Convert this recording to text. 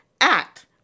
act